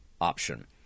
option